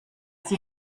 die